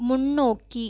முன்னோக்கி